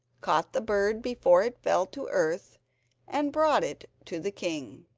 caught the bird before it fell to earth and brought it to the king.